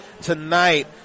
tonight